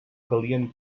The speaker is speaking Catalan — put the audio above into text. calien